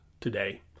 today